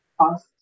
cost